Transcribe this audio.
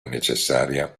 necessaria